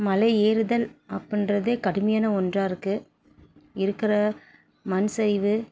மலை ஏறுதல் அப்புடின்றதே கடுமையான ஒன்றாக இருக்குது இருக்கிற மண் சரிவு